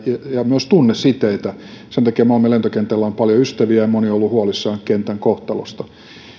ja tunnesiteitä sen takia malmin lentokentällä on paljon ystäviä ja moni on ollut huolissaan kentän kohtalosta